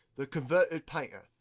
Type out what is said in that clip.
the converted painter.